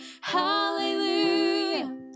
hallelujah